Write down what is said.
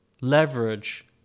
leverage